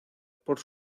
por